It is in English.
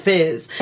Fizz